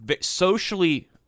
socially